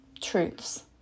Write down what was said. truths